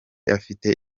afite